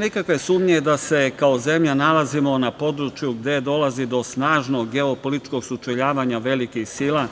nikakve sumnje da se kao zemlja nalazimo na području gde dolazi do snažnog geopolitičkog sučeljavanja velikih sila,